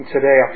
Today